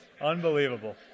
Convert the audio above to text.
Unbelievable